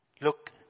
look